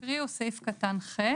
שאקרא הוא סעיף (ח)